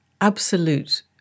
absolute